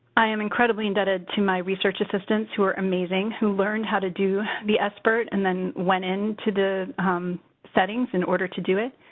i am incredibly indebted to my research assistants, who were amazing, who learned how to do the sbirt and then went into the settings in order to do it.